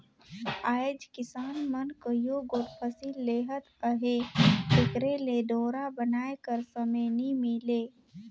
आएज किसान मन कइयो गोट फसिल लेहत अहे तेकर ले डोरा बनाए कर समे नी मिले